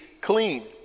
clean